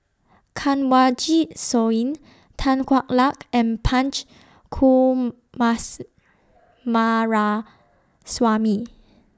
Kanwaljit Soin Tan Hwa Luck and Punch